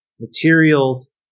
materials